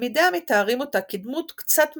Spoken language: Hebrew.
תלמידיה מתארים אותה כדמות קצת מגושמת,